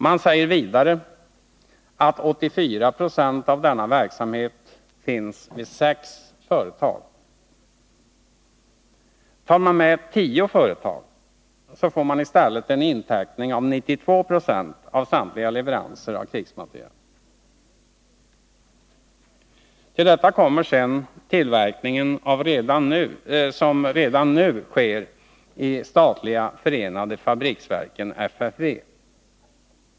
Man säger vidare att 84 20 av denna verksamhet finns vid sex företag. Tar man med tio företag, får man i stället en intäckning av 92 20 av samtliga leveranser av krigsmateriel. Till detta kommer sedan den tillverkning som redan nu sker i statliga förenade fabriksverken .